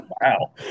Wow